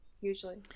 usually